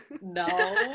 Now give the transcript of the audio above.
No